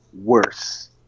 worse